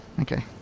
okay